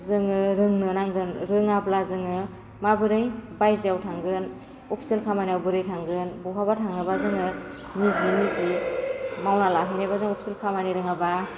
जोङो रोंनो नांगोन रोङाब्ला जोङो माबोरै बाइजोआव थांगोन अफिसियेल खामानियाव बोरै थांगोन बहाबा थाङोबा जोङो निजि निजि मावना लाहैनायबा जोङो अफिसियेल खामानि रोङाबा